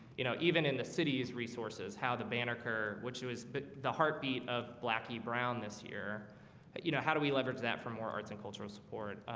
you know even in the city's resources how the banneker which was but the heartbeat of blackie brown this year you know how do we leverage that for more arts and cultural support?